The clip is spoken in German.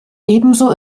ebenso